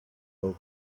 talk